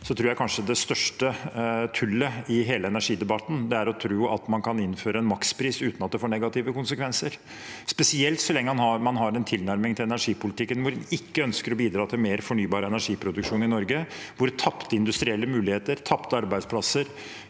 tror jeg kanskje det største tullet i hele energidebatten er å tro at en kan innføre en makspris uten at det får negative konsekvenser, spesielt så lenge en har en tilnærming til energipolitikken hvor en ikke ønsker å bidra til mer fornybar energiproduksjon i Norge, og hvor tapte industrielle muligheter, tapte arbeidsplasser